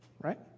right